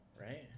right